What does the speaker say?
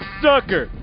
sucker